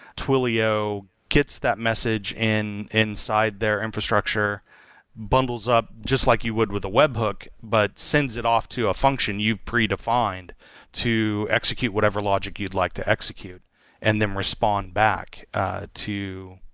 twilio gets that message and inside their infrastructure bundles up just like you would with a webhook, but sends it off to a function you predefined to execute whatever logic you'd like to execute and then respond back to